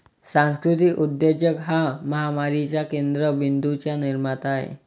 सांस्कृतिक उद्योजक हा महामारीच्या केंद्र बिंदूंचा निर्माता आहे